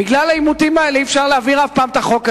בגלל העימותים האלה אי-אפשר להעביר אף פעם את החוק הזה.